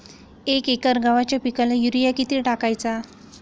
एक एकर गव्हाच्या पिकाला युरिया किती टाकायचा?